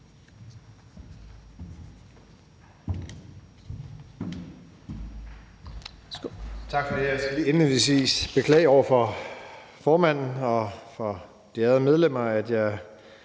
Tak for det. Jeg skal lige indledningsvis beklage over for formanden og for de ærede medlemmer, at jeg